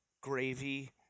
gravy